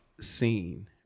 scene